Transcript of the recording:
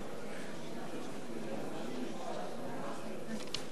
נפסקה בשעה 17:22 ונתחדשה בשעה 17:23.)